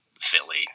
Philly